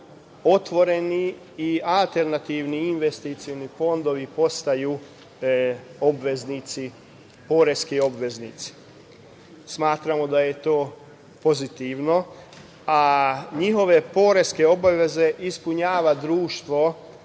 otvoreni i alternativni investicioni fondovi postaju poreski obaveznici. Smatramo da je to pozitivno. Njihove poreske obaveze ispunjava društvo